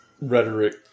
rhetoric